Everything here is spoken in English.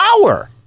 power